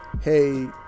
hey